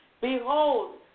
Behold